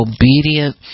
obedient